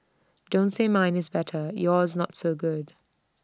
don't say mine is better yours not so good